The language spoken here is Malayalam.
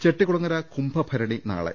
ചെട്ടികുളങ്ങര കുംഭഭരണി നാളെ